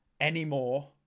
anymore